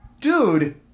Dude